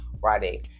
Friday